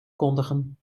kondigen